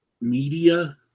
media